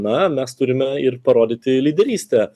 na mes turime ir parodyti lyderystę